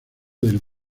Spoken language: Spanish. del